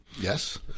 Yes